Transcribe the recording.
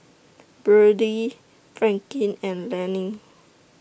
Byrdie Franklyn and Lani